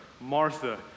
Martha